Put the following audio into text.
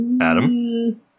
Adam